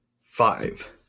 five